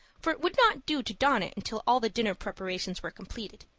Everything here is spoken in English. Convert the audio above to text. for it would not do to don it until all the dinner preparations were completed.